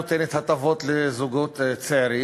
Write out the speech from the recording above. לא רק שאינה נותנת הטבות לזוגות צעירים,